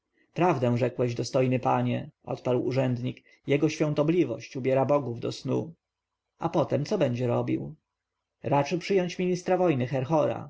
prawdę rzekłeś dostojny panie odparł urzędnik jego świątobliwość ubiera bogów do snu a potem co będzie robił raczy przyjąć ministra wojny